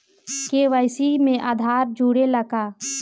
KYC में आधार जुड़े ला का?